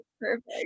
perfect